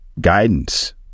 guidance